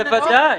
בוודאי.